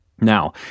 Now